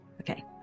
Okay